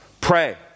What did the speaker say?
Pray